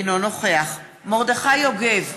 אינו נוכח מרדכי יוגב,